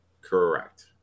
Correct